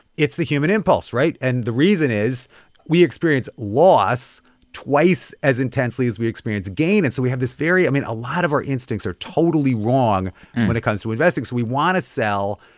it's the human impulse, right? and the reason is we experience loss twice as intensely as we experience gain. and so we have this very i mean, a lot of our instincts are totally wrong when it comes to investing. so we want to sell.